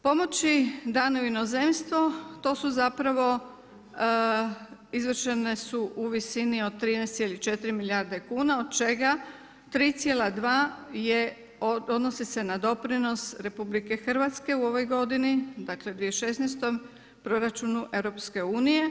Pomoći dane u inozemstvo, to su zapravo izvršene su u visini od 13,4 milijarde kuna od čega 3,2 odnosi se na doprinos RH u ovoj godini 2016. proračunu EU.